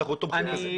אנחנו תומכים בזה.